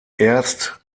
erst